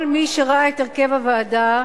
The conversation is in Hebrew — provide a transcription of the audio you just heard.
כל מי שראה את הרכב הוועדה,